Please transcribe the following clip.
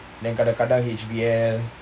then kadang-kadang H_B_L